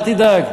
אל תדאג.